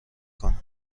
کنم